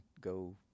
go